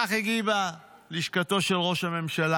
כך הגיבה לשכתו של ראש הממשלה.